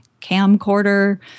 camcorder